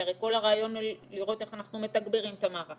כי הרי כל הרעיון הוא לראות איך אנחנו מתגברים את המערך.